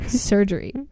surgery